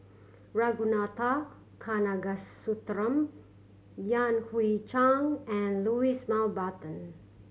Ragunathar Kanagasuntheram Yan Hui Chang and Louis Mountbatten